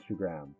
Instagram